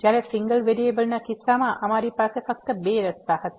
જ્યારે સિંગલ વેરિયેબલના કિસ્સામાં અમારી પાસે ફક્ત બે રસ્તા હતા